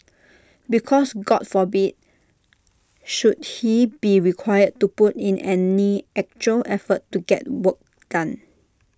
because God forbid should he be required to put in any actual effort to get work done